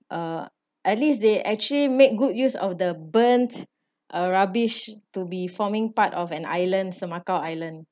uh at least they actually make good use of the burnt uh rubbish to be forming part of an island semakau island